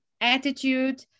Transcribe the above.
attitude